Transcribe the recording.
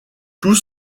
tous